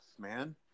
man